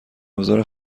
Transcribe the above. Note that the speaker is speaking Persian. ابزار